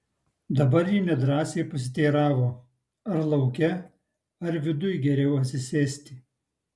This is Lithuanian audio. dabar ji nedrąsiai pasiteiravo ar lauke ar viduj geriau atsisėsti